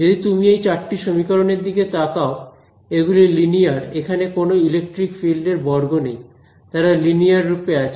যদি তুমি এই চারটি সমীকরণের দিকে তাকাও এগুলি লিনিয়ার এখানে কোন ইলেকট্রিক ফিল্ড এর বর্গ নেই তারা লিনিয়ার রূপে আছে